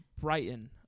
Brighton